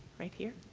right here.